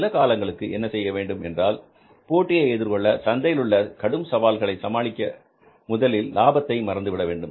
சில காலங்களுக்கு என்ன செய்ய வேண்டும் என்றால் போட்டியை எதிர்கொள்ள சந்தையிலுள்ள கடும் சவால்களை சமாளிக்க முதலில் லாபத்தை மறந்துவிட வேண்டும்